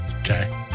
Okay